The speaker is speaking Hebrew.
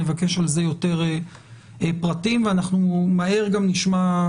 נבקש על זה יותר פרטים ואנחנו גם נעבור